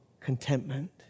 contentment